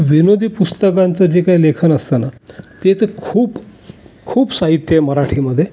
विनोदी पुस्तकांचं जे काही लेखन असतं ना ते तर खूप खूप साहित्य आहे मराठीमध्ये